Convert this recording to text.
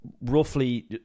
Roughly